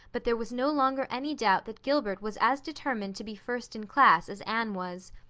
but there was no longer any doubt that gilbert was as determined to be first in class as anne was.